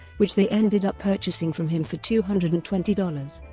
which they ended up purchasing from him for two hundred and twenty dollars.